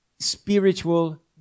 Spiritual